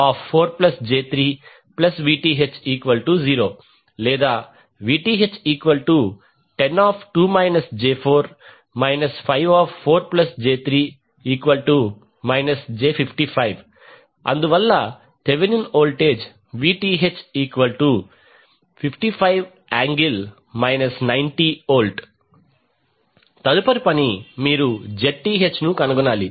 5I04j3VTh0 లేదా VTh102 j4 54j3 j55 అందువలన Thevenin voltage VTh55∠ 90V తదుపరి పని మీరు Zth ను కనుగొనాలి